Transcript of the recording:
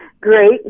great